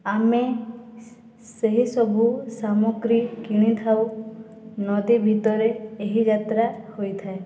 ଆମେ ସେହି ସବୁ ସାମଗ୍ରୀ କିଣିଥାଉ ନଦୀ ଭିତରେ ଏହି ଯାତ୍ରା ହୋଇଥାଏ